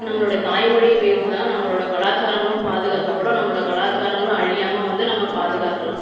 நம்மளோடைய தாய் மொழியை பேசுகிறதுனால நம்மளோடய கலாச்சாரங்களும் பாதுகாக்கப்படும் நம்மளோடய கலாச்சாரங்களும் அழியாமல் வந்து நம்ம பாதுகாக்கலாம்